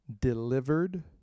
Delivered